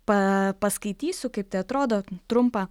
paaa paskaitysiu kaip tai atrodo trumpą